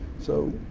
so,